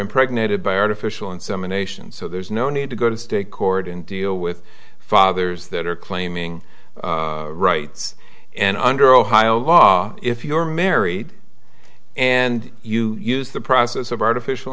impregnated by artificial insemination so there's no need to go to state court and deal with fathers that are claiming rights and under ohio law if you are married and you use the process of artificial